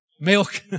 Milk